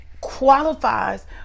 qualifies